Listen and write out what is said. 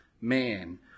man